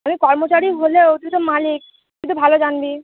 আমি কর্মচারী হলেও তুই তো মালিক তুই তো ভালো জানবি